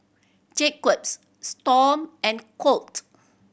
Jacques Storm and Colt